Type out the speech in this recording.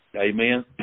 Amen